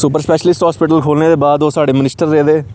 super specialty खोलने दे बाद ओह् साढ़े मिनस्टिर रेह्दे